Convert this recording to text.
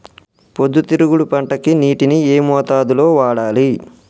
పొద్దుతిరుగుడు పంటకి నీటిని ఏ మోతాదు లో వాడాలి?